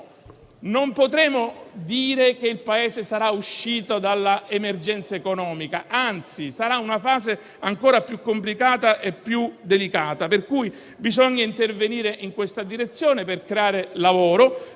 non potremo dire che il Paese sarà uscito dall'emergenza economica, anzi, sarà una fase ancora più complicata e delicata, dunque bisogna intervenire in questa direzione per creare lavoro.